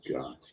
God